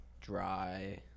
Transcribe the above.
dry